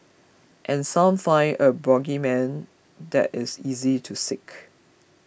and some find a bogeyman that is easy to seek